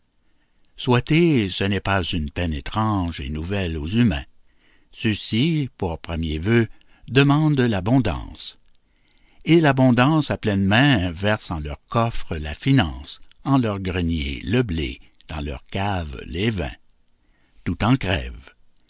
souhaiter ce n'est pas une peine étrange et nouvelle aux humains ceux-ci pour premier vœu demandent l'abondance et l'abondance à pleines mains verse en leurs coffres la finance en leurs greniers le blé dans leurs caves les vins tout en crève